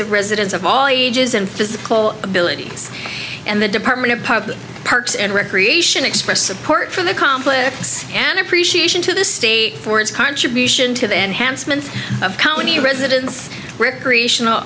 of residents of all ages and physical abilities and the department of public parks and recreation expressed support for the conflicts and appreciation to the state for its contribution to the enhancement of county residents recreational